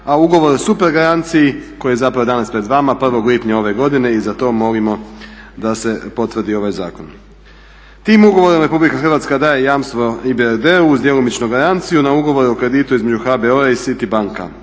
a ugovor o supergaranciji koji je pred vama 1.lipnja ove godine i za to molimo da se potvrdi ovaj zakon. Tim ugovorom RH daje jamstvo IBRD-u uz djelomičnu garanciju na ugovor o kreditu između HBOR-a i Citibanka,